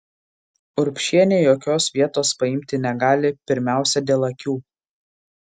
urbšienė jokios vietos paimti negali pirmiausia dėl akių